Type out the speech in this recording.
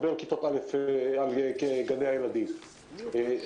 אני יודע בחינוך העצמאי לא גבינו לא הסעות ולא צהרונים - לא גבו.